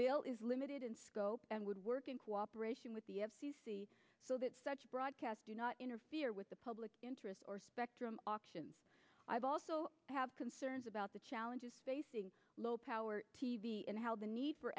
bill is limited in scope and would work in cooperation with the f c c so that such broadcasts do not interfere with the public interest or spectrum auctions i've also have concerns about the challenges facing low power t v and how the need for